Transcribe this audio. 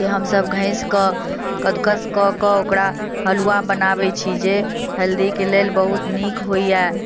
के हमसब घसि कऽ कद्दू कस कऽ के ओकरा हलुआ बनाबै छी जे हेल्दी के लेल बहुत नीक होइया